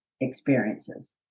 experiences